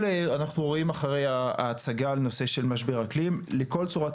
אנו רואים אחרי ההצגה של משבר אקלים שלכל צורת